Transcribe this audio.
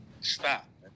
Stop